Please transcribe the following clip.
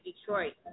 Detroit